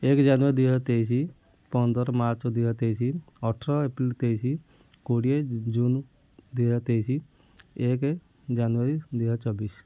ଏକ ଜାନୁୟାରୀ ଦୁଇ ହଜାର ତେଇଶ ପନ୍ଦର ମାର୍ଚ୍ଚ ଦୁଇ ହଜାର ତେଇଶ ଅଠର ଏପ୍ରିଲ ତେଇଶ କୋଡିଏ ଜୁନ ଦୁଇ ହଜାର ତେଇଶ ଏକ ଜାନୁୟାରୀ ଦୁଇ ହଜାର ଚବିଶ